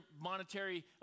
monetary